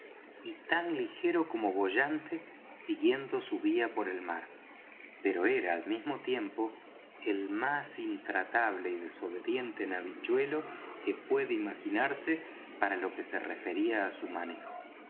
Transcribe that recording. y tan ligero como boyante siguiendo su vía por el mar pero era al mismo tiempo el más intratable y desobediente navichuelo que puede imaginarse para lo que se refería á su manejo